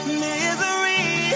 misery